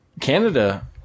Canada